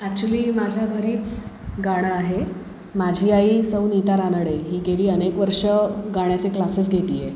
actually माझ्या घरीच गाणं आहे माझी आई सौ नीता रानडे ही गेली अनेक वर्षं गाण्याचे क्लासेस घेते आहे